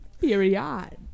period